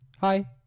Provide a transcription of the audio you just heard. Hi